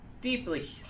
deeply